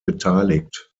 beteiligt